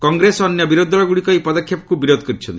କଂଗ୍ରେସ ଓ ଅନ୍ୟ ବିରୋଧୀ ଦଳଗୁଡ଼ିକ ଏହି ପଦକ୍ଷେପକୁ ବିରୋଧ କରିଛନ୍ତି